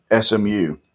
SMU